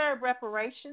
reparations